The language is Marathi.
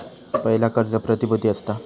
पयला कर्ज प्रतिभुती असता